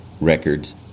records